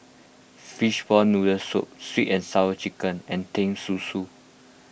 Fishball Noodle Soup Sweet and Sour Chicken and Teh Susu